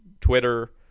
Twitter